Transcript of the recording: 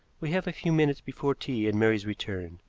we have a few minutes before tea and mary's return.